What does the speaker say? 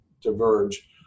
diverge